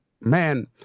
man